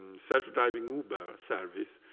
self-driving uber service,